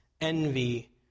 envy